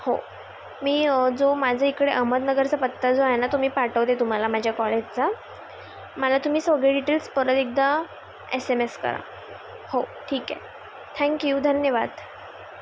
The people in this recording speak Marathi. हो मी जो माझ्या इकडे अंमदनगरचा पत्ता जो आहे ना तो मी पाठवते तुम्हाला माझ्या कॉलेजचा मला तुम्ही सगळे डिटेल्स परत एकदा एसएमएस करा हो ठीके थँक्यू धन्यवाद